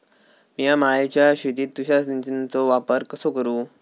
मिया माळ्याच्या शेतीत तुषार सिंचनचो वापर कसो करू?